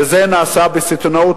וזה נעשה בסיטונאות,